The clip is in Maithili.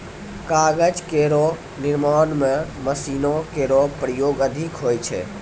कागज केरो निर्माण म मशीनो केरो प्रयोग अधिक होय छै